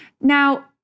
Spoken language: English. Now